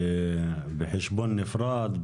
בחשבון נפרד,